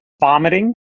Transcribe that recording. vomiting